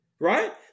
Right